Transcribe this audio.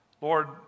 Lord